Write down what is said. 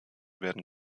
werden